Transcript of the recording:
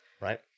Right